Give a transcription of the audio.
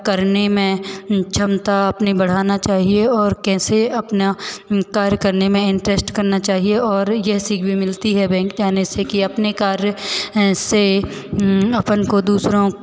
करने में क्षमता अपनी बढ़ानी चाहिए और कैसे अपना कार्य करने में इंटरेस्ट करना चाहिए और ये सीख मिलती है बैंक जाने से की अपने कार्य से अपन को दूसरों